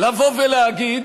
לבוא ולהגיד: